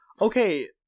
okay